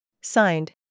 Signed